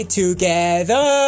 together